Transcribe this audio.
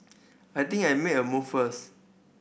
I think I make a move first